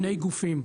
שני גופים,